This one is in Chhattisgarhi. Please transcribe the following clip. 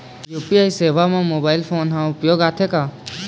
यू.पी.आई सेवा म मोबाइल फोन हर उपयोग आथे का?